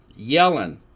Yellen